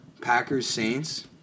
Packers-Saints